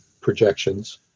projections